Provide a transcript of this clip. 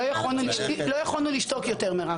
לא יכולנו לשתוק יותר,